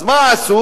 אז מה עשו?